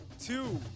two